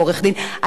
ובזה אני מסיימת,